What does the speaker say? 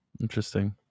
Interesting